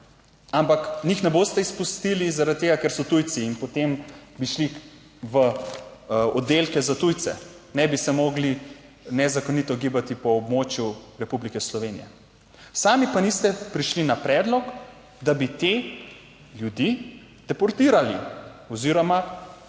ampak jih ne boste izpustili, zaradi tega, ker so tujci in potem bi šli v oddelke za tujce. Ne bi se mogli nezakonito gibati po območju Republike Slovenije. Sami pa niste prišli na predlog, da bi te ljudi deportirali oziroma